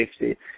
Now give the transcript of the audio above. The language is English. safety